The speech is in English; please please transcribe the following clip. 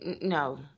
no